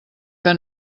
que